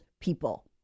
people